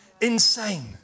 insane